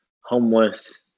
homeless